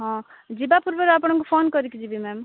ହଁ ଯିବା ପୂର୍ବରୁ ଆପଣଙ୍କୁ ଫୋନ୍ କରିକି ଯିବି ମ୍ୟାମ୍